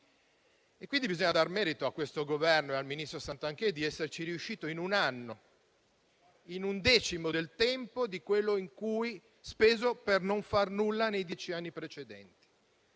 quindi dar merito a questo Governo e al ministro Santanchè di esserci riusciti in un anno, in un decimo del tempo speso per non far nulla nei dieci anni precedenti.